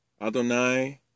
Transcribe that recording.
Adonai